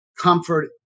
comfort